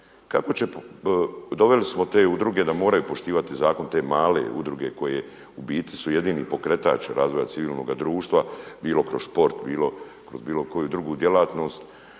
zakona. Doveli smo te udruge da moraju poštivati zakon, te male udruge koje u biti su jedini pokretač razvoja civilnoga društva bilo kroz sport, bilo kroz bilo koju drugu djelatnost,